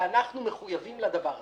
אנחנו מחויבים לדבר הזה.